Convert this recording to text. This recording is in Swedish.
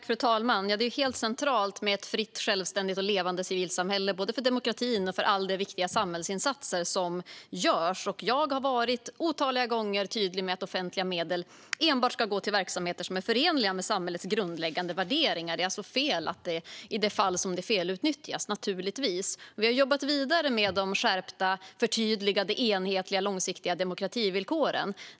Fru talman! Det är helt centralt med ett fritt, självständigt och levande civilsamhälle, både för demokratin och för alla de viktiga samhällsinsatser som görs. Jag har otaliga gånger varit tydlig med att offentliga medel enbart ska gå till verksamheter som är förenliga med samhällets grundläggande värderingar. De ska naturligtvis inte felutnyttjas. Vi har jobbat vidare med de skärpta, förtydligade, enhetliga och långsiktiga demokrativillkoren.